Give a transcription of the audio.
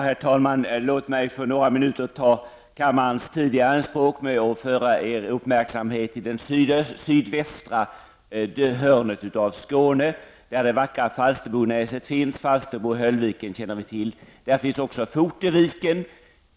Herr talman! Låt mig för några minuter ta kammarens ledamöters tid i anspråk med att fästa uppmärksamheten på det sydvästra hörnet av Skåne, där det vackra Falsterbonäset finns. Falsterbo och Höllviken är bekanta namn, och i närheten ligger också Foteviken.